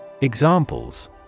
Examples